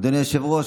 אדוני היושב-ראש,